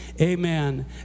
Amen